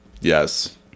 yes